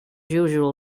usual